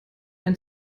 ein